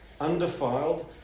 undefiled